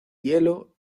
hielo